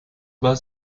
war